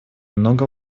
много